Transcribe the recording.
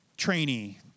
trainee